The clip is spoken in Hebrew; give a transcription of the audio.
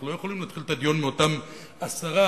אנחנו לא יכולים להתחיל את הדיון מאותם 10%,